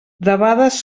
debades